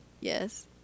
Yes